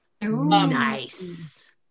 nice